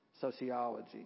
sociology